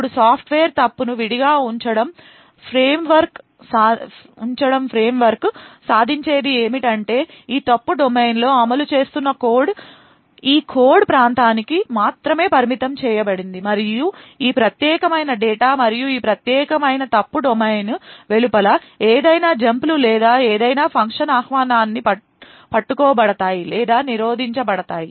ఇప్పుడు సాఫ్ట్వేర్ తప్పును విడిగా ఉంచడం ఫ్రేమ్వర్క్ సాధించేది ఏమిటంటే ఈ ఫాల్ట్ డొమైన్లో అమలు చేస్తున్న కోడ్ ఈ కోడ్ ప్రాంతానికి మాత్రమే పరిమితం చేయబడింది మరియు ఈ ప్రత్యేకమైన డేటా మరియు ఈ ప్రత్యేకమైన ఫాల్ట్ డొమైన్ వెలుపల ఏదైనా జంప్లు లేదా ఏదైనా ఫంక్షన్ ఆహ్వానాన్ని పట్టుకోబడతాయి లేదా నిరోధించబడతాయి